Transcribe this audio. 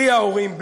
בלי ההורים,